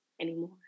anymore